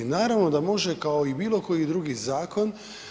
Naravno da može kao i bilo koji drugi zakon.